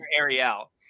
Ariel